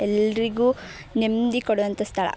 ಎಲ್ಲರಿಗೂ ನೆಮ್ಮದಿ ಕೊಡುವಂಥ ಸ್ಥಳ